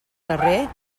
carrer